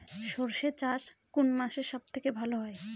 সর্ষে চাষ কোন মাসে সব থেকে ভালো হয়?